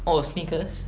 oh sneakers